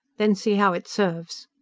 then see how it serves!